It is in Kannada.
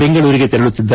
ಬೆಂಗಳೂರಿಗೆ ತೆರಳುತ್ತಿದ್ದ